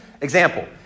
Example